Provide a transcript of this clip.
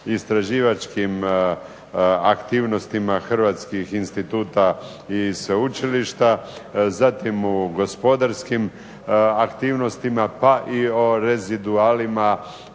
istraživačkim aktivnostima hrvatskih instituta i sveučilišta, zatim u gospodarskim aktivnostima, pa i o rezidualima